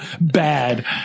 bad